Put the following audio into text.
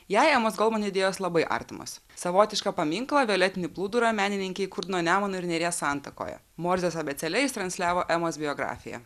jai emos goldman idėjos labai artimos savotišką paminklą violetinį plūdurą menininkė įkurdino nemuno ir neries santakoje morzės abėcėle jis transliavo emos biografiją